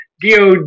DOD